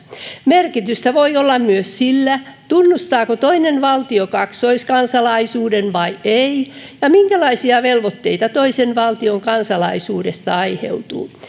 merkitystä voi olla myös sillä tunnustaako toinen valtio kaksoiskansalaisuuden vai ei ja minkälaisia velvoitteita toisen valtion kansalaisuudesta aiheutuu